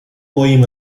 moim